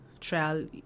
trial